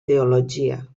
teologia